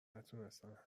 نتونستن